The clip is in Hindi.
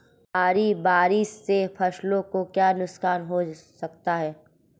भारी बारिश से फसलों को क्या नुकसान हो सकता है?